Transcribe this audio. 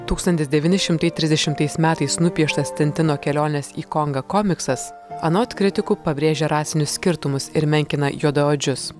tūkstantis devyni šimtai trisdešimtais metais nupieštas tintino kelionės į kongą komiksas anot kritikų pabrėžia rasinius skirtumus ir menkina juodaodžius